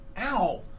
Ow